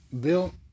Bill